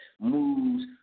moves